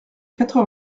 quatre